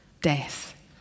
death